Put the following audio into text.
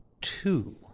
two